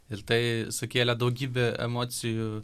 ir tai sukėlė daugybę emocijų